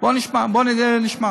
בואו נשמע.